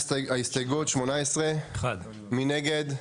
הסתייגות 18. הצבעה בעד, 1 נגד,